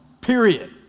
Period